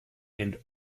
and